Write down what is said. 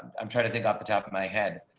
i'm trying to think, off the top of my head.